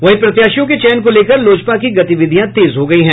वहीं प्रत्याशियों के चयन को लेकर लोजपा की गतिविधियां तेज हो गयी है